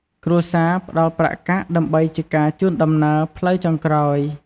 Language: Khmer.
គ្រួសារផ្ដល់ប្រាក់កាក់ដើម្បីជាការជូនដំណើរផ្លូវចុងក្រោយ។